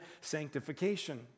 sanctification